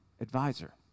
advisor